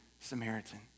Samaritan